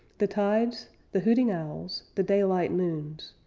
the tides, the hooting owls, the daylight moons,